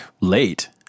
late